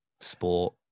sport